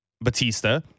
Batista